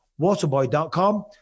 waterboy.com